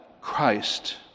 Christ